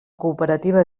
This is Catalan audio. cooperativa